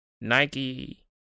Nike